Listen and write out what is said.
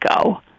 go